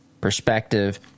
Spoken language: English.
perspective